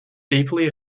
deeply